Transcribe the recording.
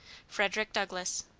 frederick douglass.